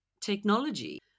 technology